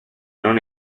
non